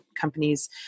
companies